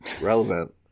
Relevant